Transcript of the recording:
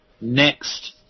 Next